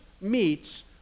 meets